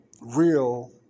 real